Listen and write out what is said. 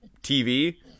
TV